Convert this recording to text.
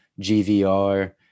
gvr